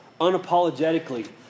Unapologetically